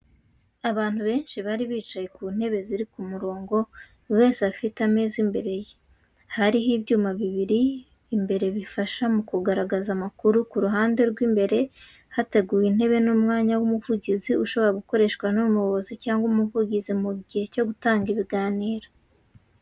Abantu benshi bari bicaye ku ntebe ziri ku mirongo, buri wese afite ameza imbere ye. Hariho ibyuma bibiri imbere bifasha mu kugaragaza amakuru, ku ruhande rw’imbere hateguwe intebe n’umwanya w’umuvugizi ushobora gukoreshwa n’umuyobozi cyangwa umuvugizi mu gihe cyo gutanga ibiganiro.